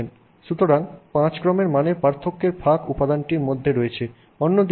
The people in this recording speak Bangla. সুতরাং 5 ক্রমের মানের পার্থক্যের ফাঁক উপাদানটির মধ্যে রয়েছে